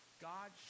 God